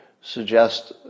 suggest